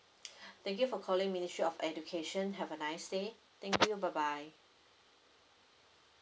thank you for calling ministry of education have a nice day thank you bye bye